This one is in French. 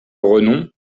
renom